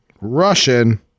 Russian